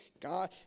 God